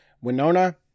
Winona